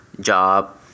job